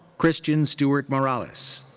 christian stewart morales.